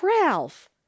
ralph